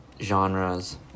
genres